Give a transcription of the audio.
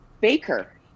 Baker